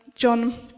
John